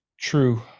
true